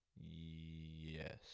Yes